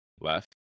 left